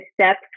steps